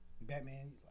Batman